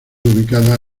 ubicadas